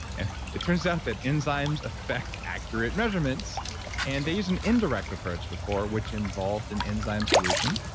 and it turns out that enzymes affect accurate measurements and they use an indirect approach before which involved an enzyme solution.